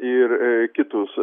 ir kitus